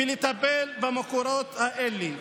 ולטפל במקורות האלה.